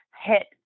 hit